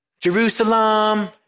Jerusalem